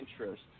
interest